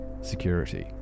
security